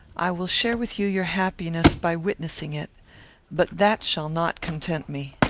i will share with you your happiness by witnessing it but that shall not content me.